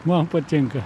man patinka